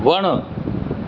वण